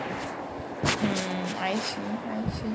mm I see I see